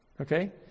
Okay